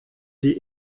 die